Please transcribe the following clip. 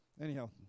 Anyhow